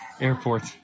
airport